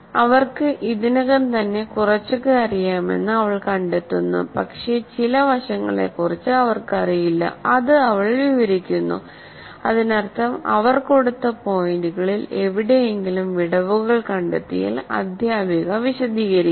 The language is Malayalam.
അവർക്ക് ഇതിനകം തന്നെ കുറച്ചൊക്കെ അറിയാമെന്ന് അവൾ കണ്ടെത്തുന്നു പക്ഷേ ചില വശങ്ങളെക്കുറിച്ച് അവർക്കറിയില്ല അത് അവൾ വിവരിക്കുന്നു അതിനർത്ഥം അവർ കൊടുത്ത പോയിന്റുകളിൽ എവിടെയെങ്കിലും വിടവുകൾ കണ്ടെത്തിയാൽ അദ്ധ്യാപിക വിശദീകരിക്കും